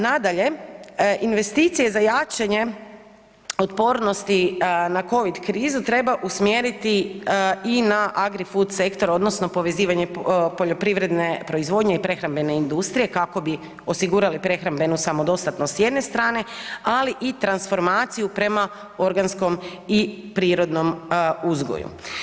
Nadalje, investicije za jačanje otpornosti na Covid krizu treba usmjeriti i na agri-food sektor odnosno povezivanje poljoprivredne proizvodnje i prehrambene industrije kako bi osigurali prehrambenu samodostatnost s jedne strane ali i transformaciju prema organskom i prirodno uzgoju.